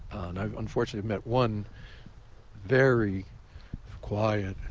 and i've unfortunately met one very quiet,